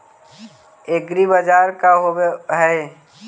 एग्रीबाजार का होव हइ?